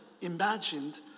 imagined